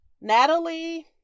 Natalie